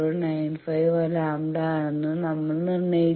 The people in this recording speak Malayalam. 095 ലാംഡ ആണെന്ന് നമ്മൾ നിർണ്ണയിച്ചു